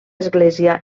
església